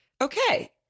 okay